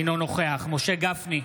אינו נוכח משה גפני,